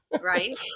Right